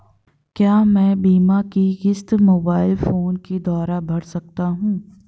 क्या मैं बीमा की किश्त मोबाइल फोन के द्वारा भर सकता हूं?